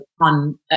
on